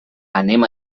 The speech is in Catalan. anem